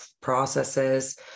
processes